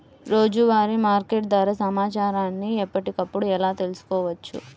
రోజువారీ మార్కెట్ ధర సమాచారాన్ని ఎప్పటికప్పుడు ఎలా తెలుసుకోవచ్చు?